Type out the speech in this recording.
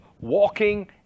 walking